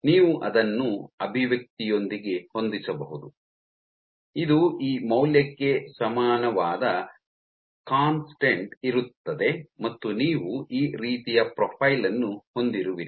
ನೀವು ಅದನ್ನು ಅಭಿವ್ಯಕ್ತಿಯೊಂದಿಗೆ ಹೊಂದಿಸಬಹುದು ಇದು ಈ ಮೌಲ್ಯಕ್ಕೆ ಸಮಾನವಾದ ಕಾನ್ಸ್ಟಂಟ್ ಇರುತ್ತದೆ ಮತ್ತು ನೀವು ಈ ರೀತಿಯ ಪ್ರೊಫೈಲ್ ಅನ್ನು ಹೊಂದಿರುವಿರಿ